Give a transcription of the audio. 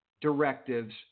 directives